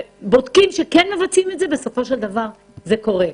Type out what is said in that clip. ומתעקשים בסוף זה קורה.